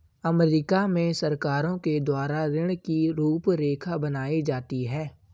अमरीका में सरकारों के द्वारा ऋण की रूपरेखा बनाई जाती है